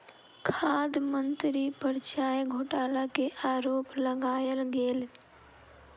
खाद्य मंत्री पर चारा घोटाला के आरोप लगायल गेल